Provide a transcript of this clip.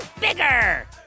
bigger